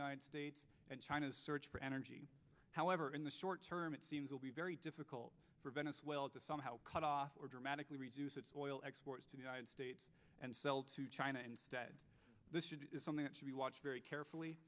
united states and china's search for energy however in the short term it seems will be very difficult for venezuela to somehow cut off or dramatically reduce its oil exports to the united states and sell to china instead this is something that should be watched very